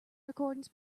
recordings